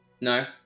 No